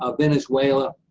ah venezuela,